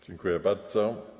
Dziękuję bardzo.